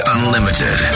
Unlimited